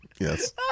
Yes